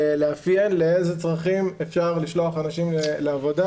לאפיין לאיזה צרכים אפשר לשלוח אנשים לעבודה.